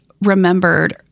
remembered